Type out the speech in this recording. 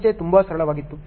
ಸಮಸ್ಯೆ ತುಂಬಾ ಸರಳವಾಗಿತ್ತು